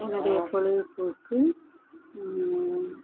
என்னோடைய பொழுது போக்கு